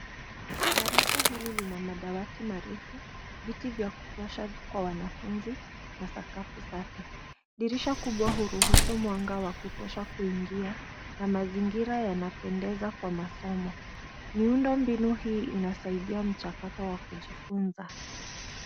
Darasa hili lina madawati marefu, viti vya kutosha kwa wanafunzi na sakafu safi. Dirisha kubwa huruhusu mwanga wa kutosha kuingia, na mazingira yanapendeza kwa masomo. Miundombinu hii inasaidia mchakato wa kujifunza.